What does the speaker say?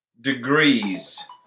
Degrees